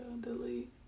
delete